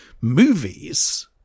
movies